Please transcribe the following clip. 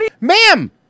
ma'am